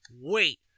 wait